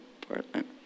Portland